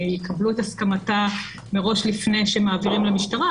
שיקבלו את הסכמתה מראש לפני שמעבירים למשטרה.